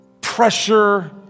pressure